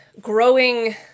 growing